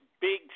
big